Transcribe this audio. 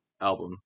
album